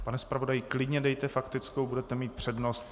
Pane zpravodaji, klidně dejte faktickou, budete mít přednost.